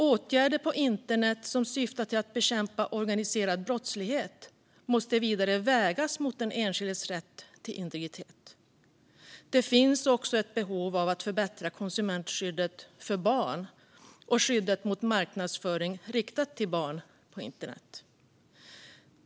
Åtgärder på internet som syftar till att bekämpa organiserad brottslighet måste vidare vägas mot den enskildes rätt till integritet. Det finns också ett behov av att förbättra konsumentskyddet för barn och skyddet mot marknadsföring riktad till barn på internet.